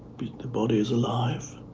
the body is alive,